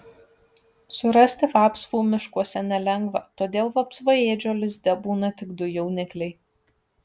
surasti vapsvų miškuose nelengva todėl vapsvaėdžio lizde būna tik du jaunikliai